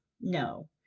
No